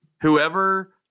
Whoever